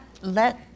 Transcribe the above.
let